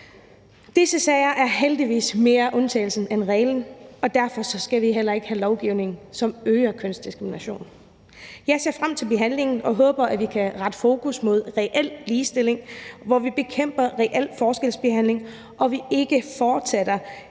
Disse sager er heldigvis mere undtagelsen end reglen, og derfor skal vi heller ikke have lovgivning, som øger kønsdiskrimination. Jeg ser frem til behandlingen og håber, at vi kan rette fokus mod reel ligestilling, hvor vi bekæmper reel forskelsbehandling og vi ikke fortsætter